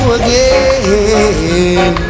again